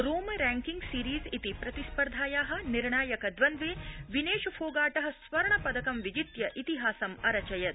रोम ranking series इति प्रतिस्पर्धाया निर्णायक द्वन्द्वे विनेश फोगा स्वर्णपदकं विजित्य इतिहासम् अरचयत्